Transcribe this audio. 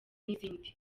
n’izindi